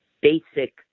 basic